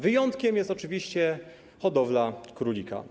Wyjątkiem jest oczywiście hodowla królika.